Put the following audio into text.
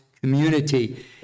community